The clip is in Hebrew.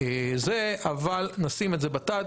אבל נשים את זה בצד.